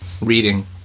Reading